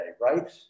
right